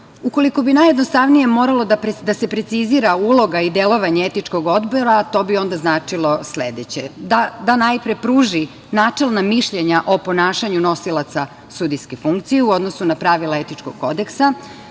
bi najjednostavnije moralo da se precizira uloga i delovanje Etičkog odbora to bi onda značilo sledeće – da najpre pruži načelna mišljenje o ponašanju nosilaca sudijske funkcije u odnosu na pravila Etičkog kodeksa,